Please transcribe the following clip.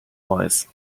wise